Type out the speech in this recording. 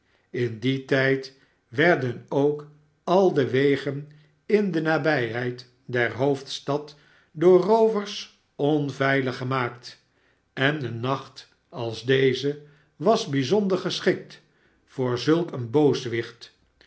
in dien tijd werden ook al de wegen in de nabijheid der hoofdstad door roovers onveilig gemaakt en een nacht als deze was bijzonder geschikt voor zulk een